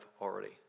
already